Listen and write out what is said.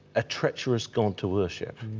a treacherous god to worship.